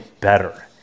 better